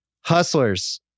Hustlers